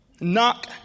Knock